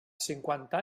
cinquanta